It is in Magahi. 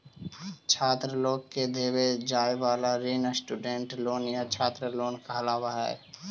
छात्र लोग के देवे जाए वाला ऋण स्टूडेंट लोन या छात्र लोन कहलावऽ हई